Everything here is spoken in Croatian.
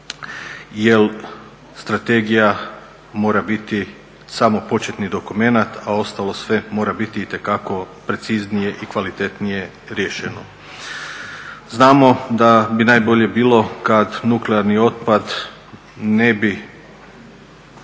jel strategija mora biti samo početni dokumenat, a ostalo sve mora biti preciznije i kvalitetnije riješeno. Znamo da bi najbolje bilo kada nuklearni otpad ne bi